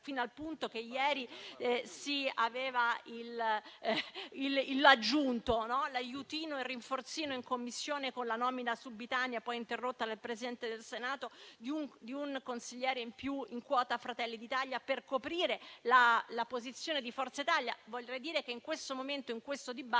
fino al punto che ieri si aveva l'aggiunto, cioè l'aiutino e il rinforzino in Commissione con la nomina subitanea, poi interrotta dal Presidente del Senato, di un consigliere in più in quota Fratelli d'Italia, per coprire la posizione di Forza Italia. Voglio dire che in questo momento nel dibattito